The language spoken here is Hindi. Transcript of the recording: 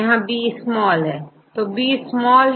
यहां B स्माल है